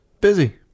Busy